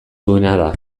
duena